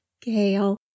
gale